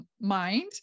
mind